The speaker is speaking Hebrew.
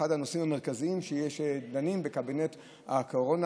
וזה אחד הנושאים המרכזיים שדנים בהם בקבינט הקורונה,